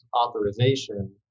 authorization